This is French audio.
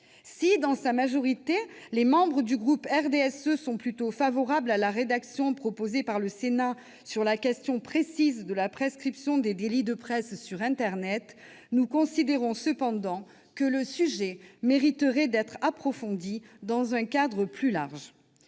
Si, dans leur majorité, les membres du groupe du RDSE sont plutôt favorables à la rédaction proposée par le Sénat sur la question précise de la prescription des délits de presse sur internet, nous considérons que le sujet mériterait d'être approfondi dans un cadre plus large.